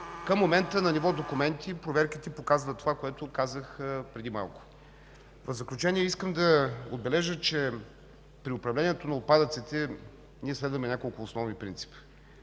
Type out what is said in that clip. Към момента на ниво документи проверките показват това, което казах преди малко. В заключение, искам да отбележа, че при управлението на отпадъците следваме няколко основни принципа.